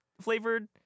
flavored